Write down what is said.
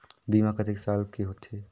बीमा कतेक साल के होथे?